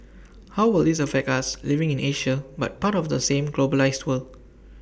how will this affect us living in Asia but part of the same globalised world